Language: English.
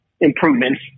improvements